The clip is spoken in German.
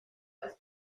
als